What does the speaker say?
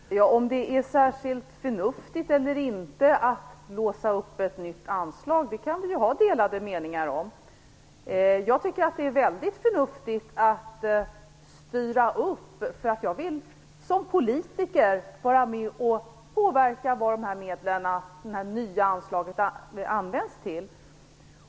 Fru talman! Om det är förnuftigt eller inte att låsa ett nytt anslag kan vi ju ha delade meningar om. Jag tycker att det är väldigt förnuftigt att styra. Jag vill som politiker vara med om att påverka vad dessa nya anslagsmedel skall användas till.